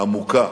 העמוקה,